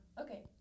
okay